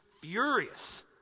furious